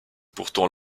pourtant